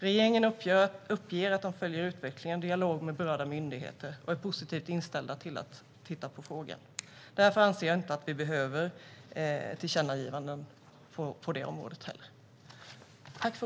Regeringen uppger att den följer utvecklingen, har dialog med berörda myndigheter och är positivt inställd till att titta på frågan. Därför anser jag inte att vi behöver något tillkännagivande på det området heller.